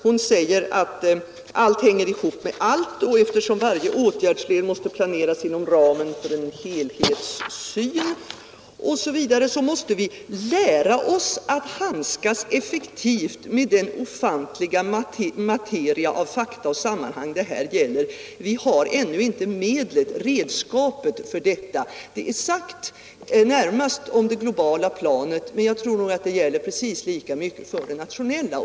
Hon sade att allt hänger ihop med allt, och eftersom varje åtgärdsled måste planeras inom ramen för en helhetssyn osv. ”måste vi lära oss att handskas effektivt med den ofantliga materia av fakta och sammanhang det här gäller. Vi har ännu inte redskapet för detta.” Detta är sagt närmast om det globala planet, men jag tror nog att det gäller precis lika mycket för det nationella.